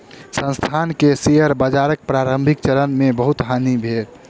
संस्थान के शेयर बाजारक प्रारंभिक चरण मे बहुत हानि भेल